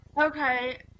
Okay